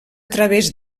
través